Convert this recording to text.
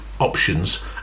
options